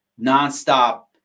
nonstop